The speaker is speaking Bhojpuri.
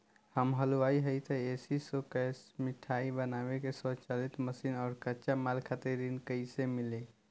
हम हलुवाई हईं त ए.सी शो कैशमिठाई बनावे के स्वचालित मशीन और कच्चा माल खातिर ऋण कइसे मिली?